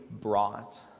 brought